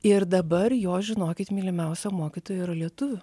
ir dabar jo žinokit mylimiausia mokytoja yra lietuvių